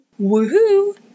Woohoo